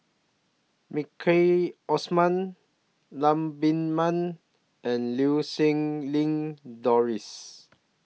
Maliki Osman Lam Pin Min and Lau Siew Lang Doris